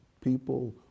people